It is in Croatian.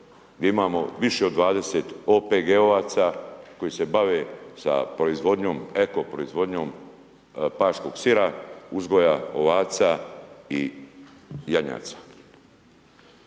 gdje imamo više od 20 OPG-ovaca koji se bave sa proizvodnjom, eko proizvodnjom paškog sira, uzgoja ovaca i janjaca.